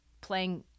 playing